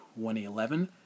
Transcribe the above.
2011